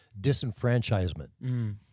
disenfranchisement